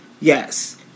yes